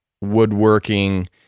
woodworking